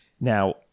Now